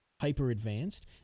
hyper-advanced